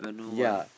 ya